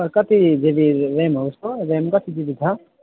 ए कति GB RAM हो उसको ऱ्याम कति जिबी छ